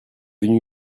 venu